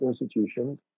institutions